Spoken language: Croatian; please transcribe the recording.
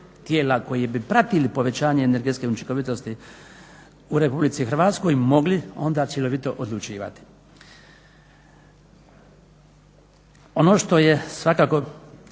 tijela koji bi pratili povećanje energetske učinkovitosti u RH mogli onda cjelovito odlučivati. Ono što je svakako